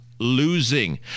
losing